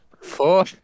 Four